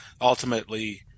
ultimately